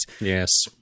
Yes